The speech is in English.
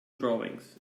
drawings